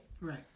Right